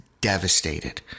devastated